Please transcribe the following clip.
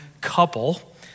couple